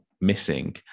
missing